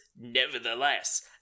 nevertheless